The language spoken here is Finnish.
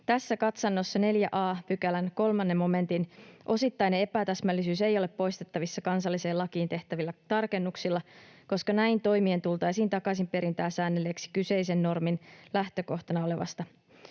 Tässä katsannossa 4 a §:n 3 momentin osittainen epätäsmällisyys ei ole poistettavissa kansalliseen lakiin tehtävillä tarkennuksilla, koska näin toimien tultaisiin takaisinperintää säännelleeksi kyseisen normin lähtökohtana olevasta